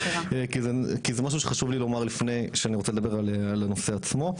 כי זה כי זה משהו שחשוב לי לומר לפני שאני רוצה לדבר על הנושא עצמו.